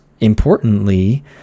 importantly